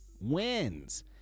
wins